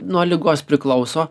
nuo ligos priklauso